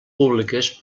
públiques